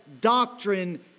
doctrine